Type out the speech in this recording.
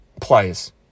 players